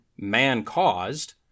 man-caused